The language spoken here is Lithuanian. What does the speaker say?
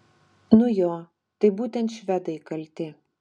nu jo tai būtent švedai kalti